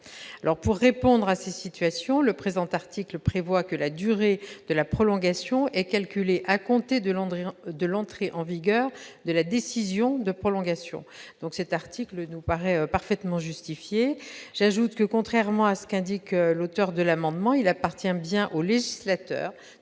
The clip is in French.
Pour répondre à ces situations, le présent article prévoit que la durée de la prolongation soit calculée à compter de l'entrée en vigueur de la décision de prolongation. Cet article nous paraît parfaitement justifié. J'ajoute que, contrairement à ce qui a été indiqué, il appartient bien au législateur